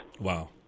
Wow